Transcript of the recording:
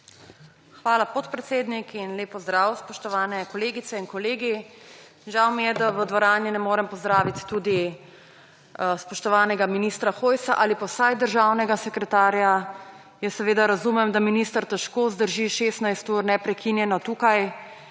Hvala, podpredsednik. Lep pozdrav, spoštovane kolegice in kolegi! Žal mi je, da v dvorani ne morem pozdraviti tudi spoštovanega ministra Hojsa ali pa vsaj državnega sekretarja. Jaz seveda razumem, da minister težko zdrži neprekinjeno 16